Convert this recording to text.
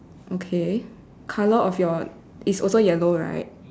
okay colour of your is also yellow right